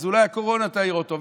אז אולי הקורונה תעיר אותו,